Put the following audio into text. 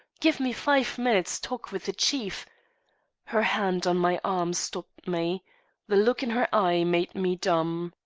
give me five minutes' talk with chief her hand on my arm stopped me the look in her eye made me dumb.